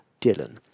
Dylan